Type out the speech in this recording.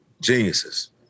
geniuses